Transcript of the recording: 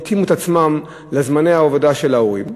התאימו את עצמן לזמני העבודה של ההורים.